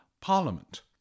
parliament